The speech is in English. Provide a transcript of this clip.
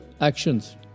actions